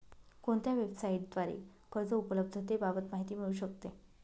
कोणत्या वेबसाईटद्वारे कर्ज उपलब्धतेबाबत माहिती मिळू शकते?